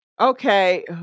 Okay